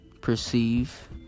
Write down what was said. perceive